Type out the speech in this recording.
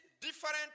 different